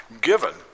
given